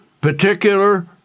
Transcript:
particular